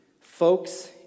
folks